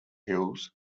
hills